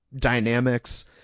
dynamics